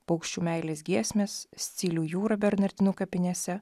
paukščių meilės giesmės scilių jūra bernardinų kapinėse